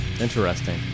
Interesting